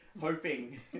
hoping